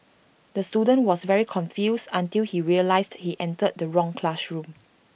the student was very confused until he realised he entered the wrong classroom